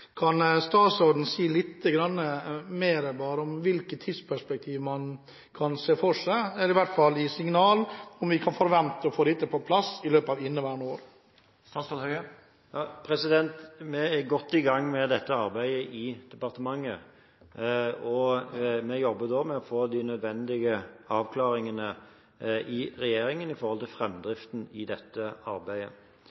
Kan statsråden si lite grann mer om hvilket tidsperspektiv man kan se for seg, eller iallfall gi signal om vi kan forvente å få dette på plass i løpet av inneværende år? Vi er godt i gang med dette arbeidet i departementet, og vi jobber med å få de nødvendige avklaringene i regjeringen når det gjelder framdriften i